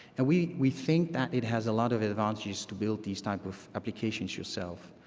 and we we think that it has a lot of advantages to build these types of applications yourself.